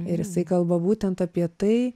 ir jisai kalba būtent apie tai